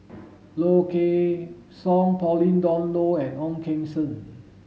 Low Kway Song Pauline Dawn Loh and Ong Keng Sen